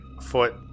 foot